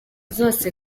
zose